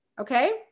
Okay